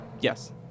Yes